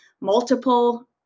multiple